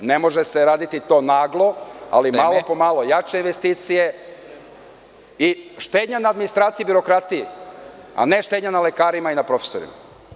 Ne može se to raditi naglo, ali malo po malo, jače investicije i štednja na administraciji i birokratiji, a ne štednja na lekarima i profesorima.